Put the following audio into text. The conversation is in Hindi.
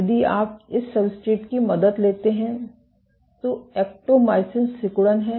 यदि आप इस सब्सट्रेट की मदद लेते हैं तो एक्टोमायसीन सिकुड़न है